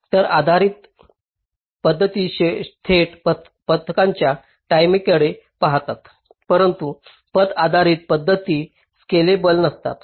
पथ आधारित पद्धती थेट पथकाच्या टाईमेकडे पाहतात परंतु पथ आधारित पद्धती स्केलेबल नसतात